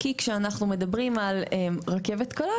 כי כשאנחנו מדברים על רכבת קלה,